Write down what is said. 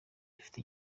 dufite